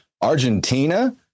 Argentina